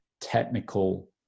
technical